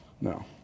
No